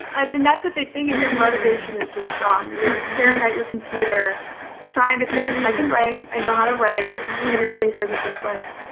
i mean that's a big thing as your motivation is just gone, you're staring at your computer trying to think i can write, i know how to write and your fingers are just like.